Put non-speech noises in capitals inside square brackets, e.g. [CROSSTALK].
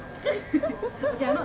[LAUGHS]